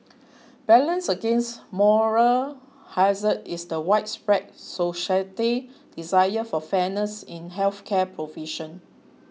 balanced against moral hazard is the widespread society desire for fairness in health care provision